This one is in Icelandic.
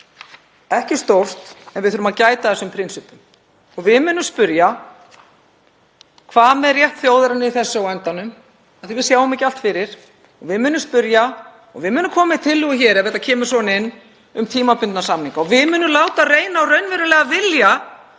ekki stórt en við þurfum að gæta að þessum prinsippum. Við munum spyrja: Hvað með rétt þjóðarinnar í þessu á endanum, því við sjáum ekki allt fyrir? Við munum spyrja og við munum koma með tillögu, ef þetta kemur svona inn, um tímabundna samninga. Við munum láta reyna á raunverulegan vilja